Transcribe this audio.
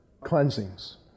cleansings